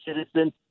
citizen